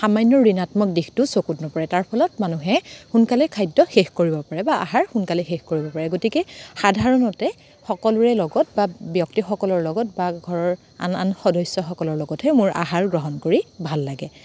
সামান্য ঋণাত্মক দিশটো চকুত নপৰে তাৰ ফলত মানুহে সোনকালে খাদ্য শেষ কৰিব পাৰে বা আহাৰ সোনকালে শেষ কৰিব পাৰে গতিকে সাধাৰণতে সকলোৰে লগত বা ব্যক্তিসকলৰ লগত বা ঘৰৰ আন আন সদস্যসকলৰ লগতহে মোৰ আহাৰ গ্ৰহণ কৰি ভাল লাগে